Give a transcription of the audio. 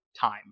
time